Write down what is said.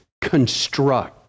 construct